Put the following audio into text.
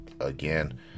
again